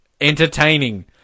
entertaining